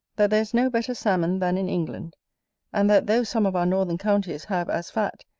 that there is no better salmon than in england and that though some of our northern counties have as fat,